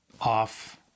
off